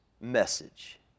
message